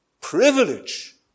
privilege